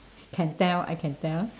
can tell I can tell